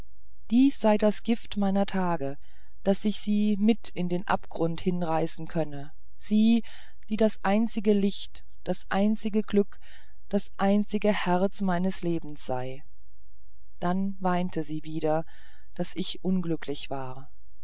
dies sei das gift meiner tage daß ich sie mit in den abgrund hinreißen könne sie die das einzige licht das einzige glück das einzige herz meines lebens sei dann weinte sie wieder daß ich unglücklich war